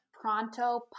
Pronto